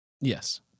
Yes